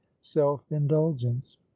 self-indulgence